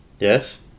Yes